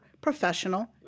professional